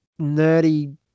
nerdy